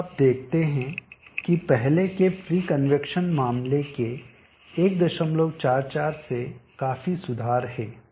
अब आप देखते हैं कि पहले के फ्री कन्वैक्शन मामले के 144 से काफी सुधरा है